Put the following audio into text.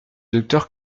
docteur